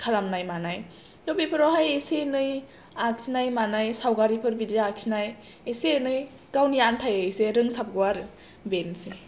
खालामनाय मानाय थ' बेफोरावहाय एसे एनै आखिनाय मानाय सावगारिफोर बिदि आखिनाय एसे एनै गावनि आन्थायै एसे रोंसाबगौ आरो बेनोसै